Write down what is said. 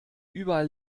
überall